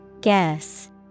Guess